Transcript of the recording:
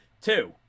Two